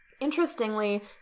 Interestingly